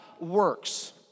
works